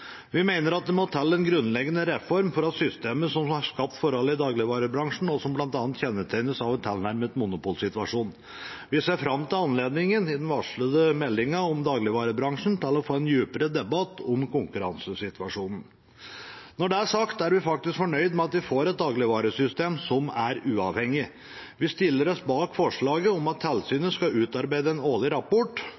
Vi mener at det må til en grunnleggende reform av systemet som har skapt forhold i dagligvarebransjen som bl.a. kjennetegnes av en tilnærmet monopolsituasjon. Vi ser fram til anledningen til i forbindelse med den varslede meldingen om dagligvarebransjen å få en dypere debatt om konkurransesituasjonen. Når det er sagt, er vi faktisk fornøyd med at vi får et dagligvaresystem som er uavhengig. Vi stiller oss bak forslaget om at